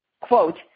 Quote